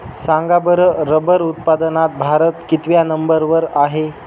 सांगा बरं रबर उत्पादनात भारत कितव्या नंबर वर आहे?